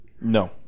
No